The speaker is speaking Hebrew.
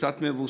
והוא קצת מבוסס,